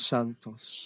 Santos